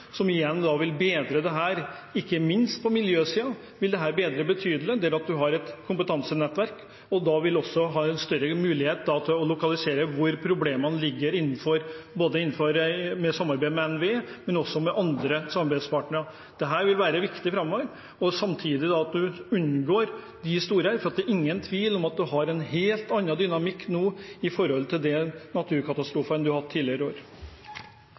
som igjen vil bedre dette, ikke minst på miljøsiden. Da vil man også ha større mulighet til å lokalisere hvor problemene ligger, i samarbeid med NVE, men også med andre samarbeidspartnere. Dette vil være viktig framover. For det er ingen tvil om at man har en helt annen dynamikk nå i forhold til de naturkatastrofene man har hatt i tidligere år.